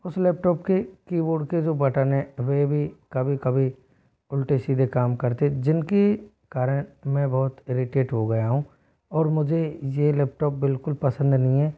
उस लैपटॉप के कीबोर्ड के जो बटन हैं वे भी कभी कभी उल्टे सीधे काम करते जिनकी कारण में बहुत इरिटेट हो गया हूँ और मुझे यह लैपटॉप बिल्कुल पसंद नहीं है